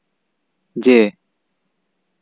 ᱡᱮ